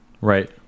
Right